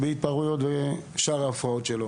בהתפרעויות ובשאר ההפרעות שלו